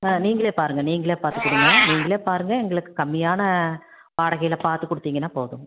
ஆ நீங்களே பாருங்க நீங்களே பார்த்துக் கொடுங்க நீங்களே பாருங்க எங்களுக்கு கம்மியான வாடகையில் பார்த்து கொடுத்திங்கன்னா போதுங்க